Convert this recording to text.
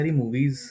movies